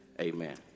amen